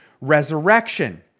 resurrection